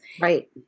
right